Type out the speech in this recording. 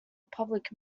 public